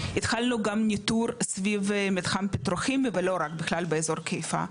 התחלנו גם ניטור סביב מתחם פטרוכימי ולא רק בכלל באזור חיפה,